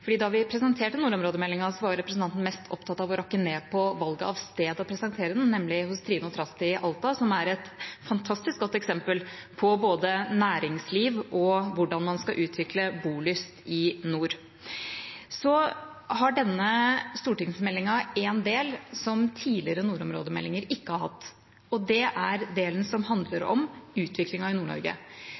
da vi presenterte nordområdemeldinga, var representanten mest opptatt av å rakke ned på valget av stedet for å presentere den, nemlig hos Trasti & Trine i Alta, som er et fantastisk godt eksempel på både næringsliv og hvordan man skal utvikle bolyst i nord. Så har denne stortingsmeldinga en del som tidligere nordområdemeldinger ikke har hatt, og det er delen som handler om utviklinga i